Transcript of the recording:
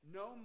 no